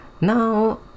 now